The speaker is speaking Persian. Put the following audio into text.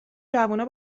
جوونا